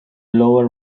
lower